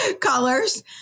colors